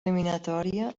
eliminatòria